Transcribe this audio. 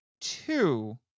two